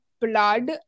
blood